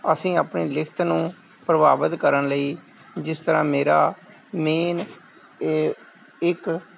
ਅਸੀਂ ਆਪਣੀ ਲਿਖਤ ਨੂੰ ਪ੍ਰਭਾਵਿਤ ਕਰਨ ਲਈ ਜਿਸ ਤਰ੍ਹਾਂ ਮੇਰਾ ਮੇਨ ਇਹ ਇੱਕ